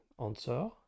answer